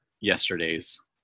yesterday's